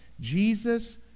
jesus